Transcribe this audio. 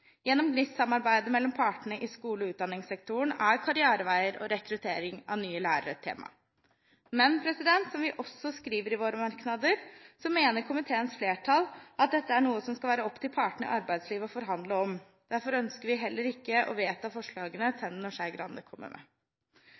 Gjennom GNIST-samarbeidet mellom partene i skole- og utdanningssektoren er karriereveier og rekruttering av nye lærere et tema. Men, som vi også skriver i våre merknader, mener komiteens flertall at dette er noe som skal være opp til partene i arbeidslivet å forhandle om. Derfor ønsker vi heller ikke å vedta forslagene Tenden og Skei Grande kommer med.